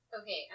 Okay